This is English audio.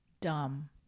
Dumb